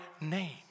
name